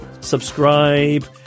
subscribe